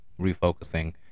refocusing